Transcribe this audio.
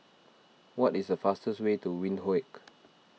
what is the fastest way to Windhoek